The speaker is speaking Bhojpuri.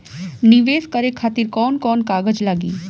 नीवेश करे खातिर कवन कवन कागज लागि?